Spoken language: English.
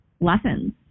lessons